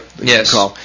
yes